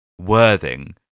Worthing